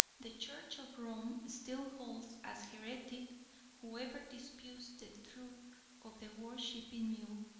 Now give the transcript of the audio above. the church of rome still holds as heretic whoever disputes the truth of the worshipping mule,